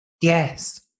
Yes